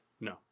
No